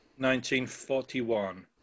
1941